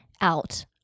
out